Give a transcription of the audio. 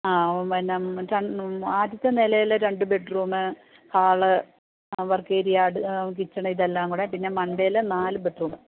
ആ പിന്നെ ആദ്യത്തെ നിലയിലെ രണ്ട് ബെഡ്റൂമ് ഹാള് ആ വർക്ക് ഏരിയ കിച്ചണ് ഇതെല്ലാം കൂടെ പിന്നെ മണ്ടേൽ നാല് ബെഡ്റൂമ്